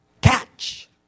catch